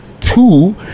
two